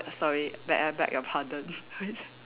err err sorry may I beg your pardon